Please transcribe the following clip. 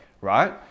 right